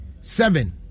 seven